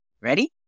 Ready